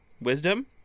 Wisdom